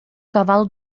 cavalo